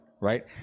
right